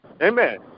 Amen